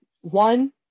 one